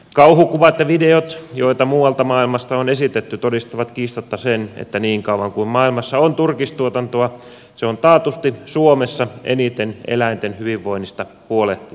kauhukuvat ja videot joita muualta maailmasta on esitetty todistavat kiistatta sen että niin kauan kuin maailmassa on turkistuotantoa se on suomessa taatusti eniten eläinten hyvinvoinnista huolehtivaa